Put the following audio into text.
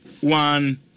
one